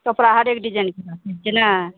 कपड़ा हरेक डिजाइनके मिलत की ने